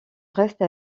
reste